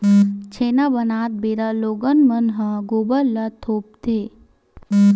छेना बनात बेरा लोगन मन ह गोबर ल थोपथे